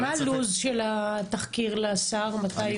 מה הלו"ז של התחקיר לשר, מתי הוא יגיע?